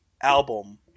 album